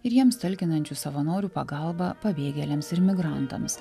ir jiems talkinančių savanorių pagalbą pabėgėliams ir migrantams